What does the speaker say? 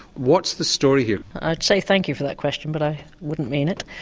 what's the story here? i'd say thank you for that question but i wouldn't mean it.